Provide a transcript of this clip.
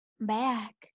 back